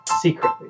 secretly